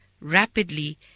rapidly